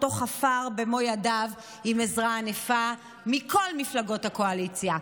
שאותו חפר במו ידיו עם עזרה ענפה מכל מפלגות הקואליציה,